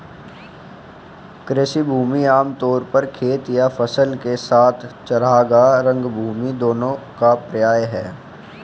कृषि भूमि आम तौर पर खेत या फसल के साथ चरागाह, रंगभूमि दोनों का पर्याय है